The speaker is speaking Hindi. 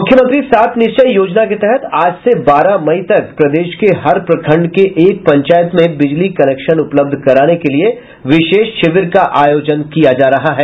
मुख्यमंत्री सात निश्चय योजना के तहत आज से बारह मई तक प्रदेश के हर प्रखंड के एक पंचायत में बिजली कनेक्शन उपलब्ध कराने के लिये विशेष शिविर का आयोजन किया जा रहा है